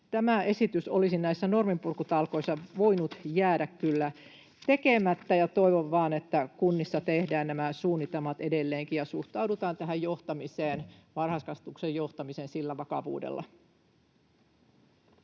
tämä esitys olisi näissä norminpurkutalkoissa voinut jäädä kyllä tekemättä. Toivon vain, että kunnissa tehdään nämä suunnitelmat edelleenkin ja suhtaudutaan varhaiskasvatuksen johtamiseen vakavuudella.